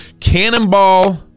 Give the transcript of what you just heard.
Cannonball